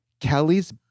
Kelly's